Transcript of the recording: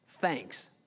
thanks